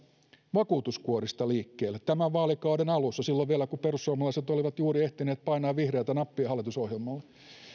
vakuutuskuorista liikkeelle tämän vaalikauden alussa silloin vielä kun perussuomalaiset olivat juuri ehtineet painaa vihreätä nappia hallitusohjelmalle